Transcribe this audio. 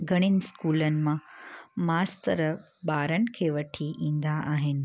घणनि स्कूल मां मास्तर ॿारनि खे वठी ईंदा आहिनि